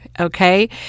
Okay